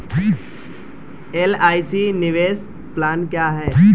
LIC निवेश plan क्या है?